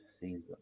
season